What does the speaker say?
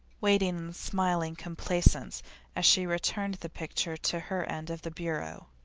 waiting in smiling complaisance as she returned the picture to her end of the bureau.